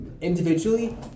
Individually